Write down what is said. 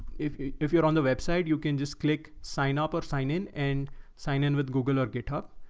if if you're on the website, you can just click, sign up or sign in and sign in with google or github.